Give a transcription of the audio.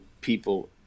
people